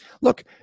look